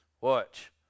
Watch